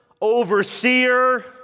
overseer